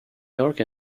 york